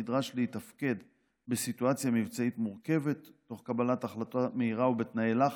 נדרש לתפקד בסיטואציה מבצעית מורכבת תוך קבלת החלטה מהירה ובתנאי לחץ.